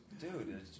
Dude